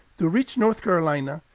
to reach north carolina,